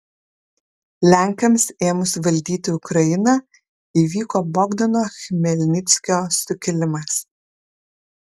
lenkams ėmus valdyti ukrainą įvyko bogdano chmelnickio sukilimas